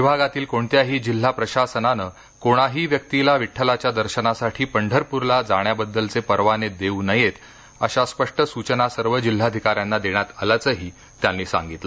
विभागातील कोणत्याही जिल्हा प्रशासनानं कोणाही व्यक्तीला विठ्ठलाच्या दर्शनासाठी पंढरपूरला जाण्याबद्दलचे परवाने देऊ नयेत अशा स्पष्ट सूचना सर्व जिल्हाधिकाऱ्यांना देण्यात आल्याचंही त्यांनी स्पष्ट केलं